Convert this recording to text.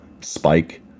spike